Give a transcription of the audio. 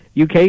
UK